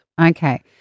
Okay